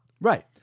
Right